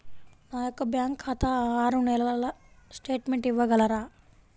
నా యొక్క బ్యాంకు ఖాతా ఆరు నెలల స్టేట్మెంట్ ఇవ్వగలరా?